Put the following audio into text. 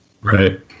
Right